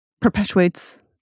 perpetuates